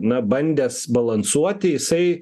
na bandęs balansuoti jisai